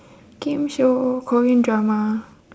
game show korean drama